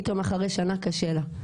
פתאום אחרי שנה קשה לה,